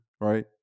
right